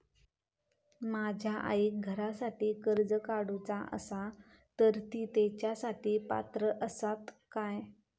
माझ्या आईक घरासाठी कर्ज काढूचा असा तर ती तेच्यासाठी पात्र असात काय?